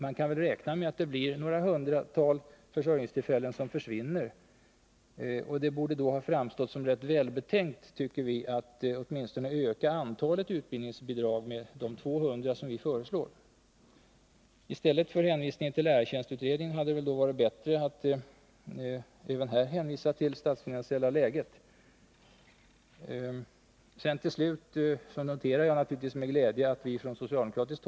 Man kan väl räkna med att några Nr 46 hundratal försörjningstillfällen kommer att försvinna. Det borde då ha Torsdagen den framstått som välbetänkt, tycker vi, att åtminstone öka antalet utbildnings 11 december 1980 bidrag med de 200 vi föreslår. I stället för till lärartjänstutredningen hade det väl då varit bättre att även IStUtre Besparingar i här hänvisa till det statsfinansiella läget. statsverksamheten, Till slut noterar jag naturligtvis med glädje att vi från socialdemokratiskt —;»» m.